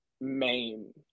main